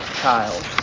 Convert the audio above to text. child